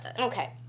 Okay